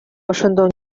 ошондон